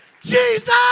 Jesus